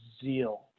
zeal